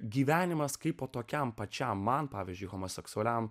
gyvenimas kaipo tokiam pačiam man pavyzdžiui homoseksualiam